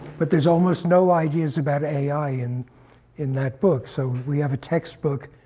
but there's almost no ideas about ai in in that book, so we have a textbook